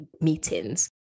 meetings